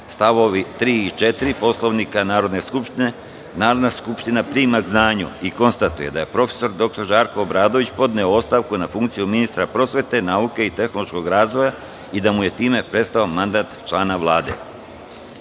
st. 3. i 4. Poslovnika Narodne skupštine, Narodna skupština prima k znanju i konstatuje da je prof. dr Žarko Obradović podneo ostavku na funkciju ministra prosvete, nauke i tehnološkog razvoja i da mu je time prestao mandat člana